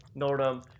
nordum